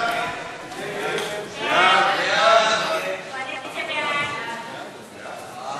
סעיפים 6 9,